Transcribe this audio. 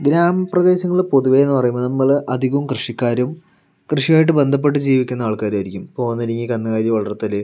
ഗ്രാമ പ്രദേശങ്ങളിൽ പൊതുവെ എന്ന് പറയുമ്പോൾ നമ്മൾ അധികവും കൃഷിക്കാരും കൃഷിയുമായിട്ട് ബന്ധപ്പെട്ട് ജീവിക്കുന്ന ആൾക്കാരും ആയിരിക്കും ഇപ്പോൾ ഒന്നികിൽ കന്നുകാലി വളർത്തൽ